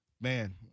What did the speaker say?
man